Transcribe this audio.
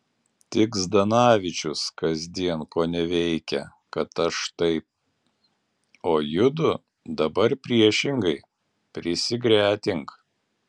tik zdanavičius kasdien koneveikia kad aš taip o judu dabar priešingai prisigretink